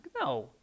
No